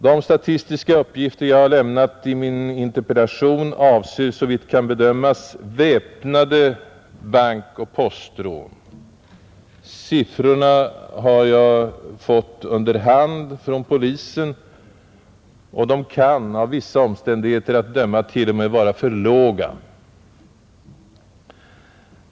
De statistiska uppgifter jag har lämnat i min interpellation avser, såvitt kan bedömas, väpnade bankoch postrån. Siffrorna har jag fått under hand från polisen, och de kan av vissa omständigheter att döma t.o.m. vara för låga.